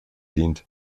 dient